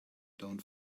don‘t